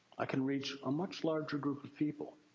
i can reach a much larger group of people.